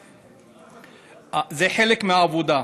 זה חלק מהעבודה.